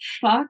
fuck